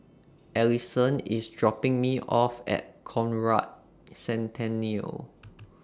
Allison IS dropping Me off At Conrad Centennial